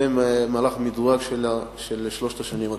במהלך מדורג בשלוש השנים הקרובות.